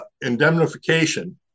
indemnification